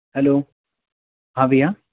hello हाँ भैया